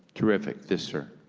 terrific, this sir.